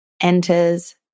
enters